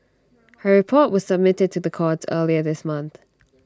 her report was submitted to the courts earlier this month